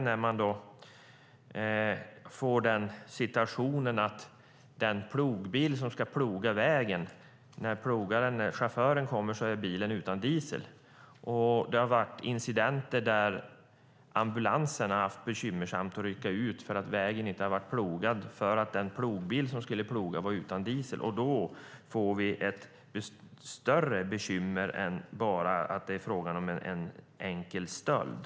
Det kan ju vara så att när chauffören kommer till den plogbil som ska ploga vägen är bilen utan diesel. Det har också varit incidenter med ambulanser. Det har varit bekymmersamt vid utryckning därför att vägen inte varit plogad eftersom den plogbil som skulle ploga var utan diesel. Då blir bekymret större än att det är fråga om en "enkel" stöld.